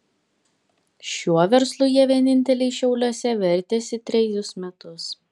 šiuo verslu jie vieninteliai šiauliuose vertėsi trejus metus